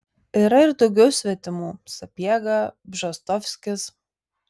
yra ir daugiau svetimų sapiega bžostovskis